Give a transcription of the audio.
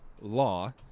law